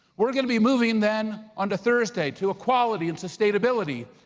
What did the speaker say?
we're gonna be moving then onto thursday to equality and sustainability.